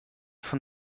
von